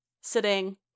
Sitting